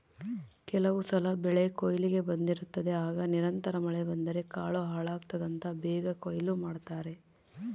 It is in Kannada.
ಕೆಲವುಸಲ ಬೆಳೆಕೊಯ್ಲಿಗೆ ಬಂದಿರುತ್ತದೆ ಆಗ ನಿರಂತರ ಮಳೆ ಬಂದರೆ ಕಾಳು ಹಾಳಾಗ್ತದಂತ ಬೇಗ ಕೊಯ್ಲು ಮಾಡ್ತಾರೆ